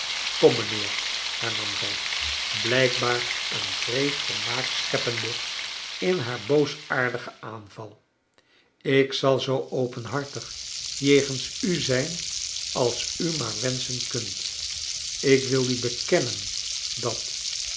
mijnheer hernam zij blijkbaar een wreed vermaak scheppende in haar boosaardigen aanval ik zal zoo openhartig jegens u zijn als ti maar wenschen kunt ik wil u bekennen dat